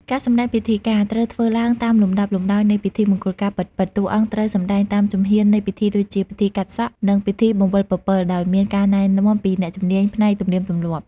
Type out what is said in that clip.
ការសម្ដែងពិធីការ ត្រូវធ្វើឡើងតាមលំដាប់លំដោយនៃពិធីមង្គលការពិតៗ។ តួអង្គត្រូវសម្តែងតាមជំហាននៃពិធីដូចជា ពិធីកាត់សក់ និង ពិធីបង្វិលពពិល ដោយមានការណែនាំពីអ្នកជំនាញផ្នែកទំនៀមទម្លាប់។